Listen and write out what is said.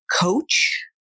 coach